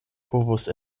povus